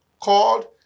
called